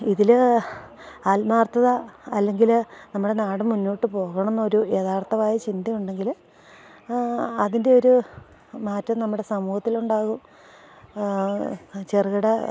ഇതിൽ ആത്മാർത്ഥത അല്ലെങ്കിൽ നമ്മുടെ നാട് മുന്നോട്ട് പോകണമെന്നൊരു യഥാർത്ഥമായ ചിന്തയുണ്ടെങ്കിൽ അതിൻ്റെയൊരു മാറ്റം നമ്മുടെ സമൂഹത്തിലുണ്ടാകും ചെറുകിട